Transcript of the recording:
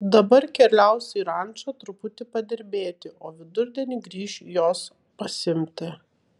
dabar keliaus į rančą truputį padirbėti o vidurdienį grįš jos pasiimti